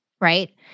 right